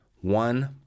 One